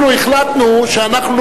החלטנו,